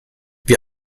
wie